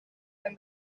and